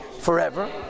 forever